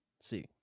See